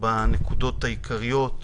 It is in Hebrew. בנקודות העיקריות,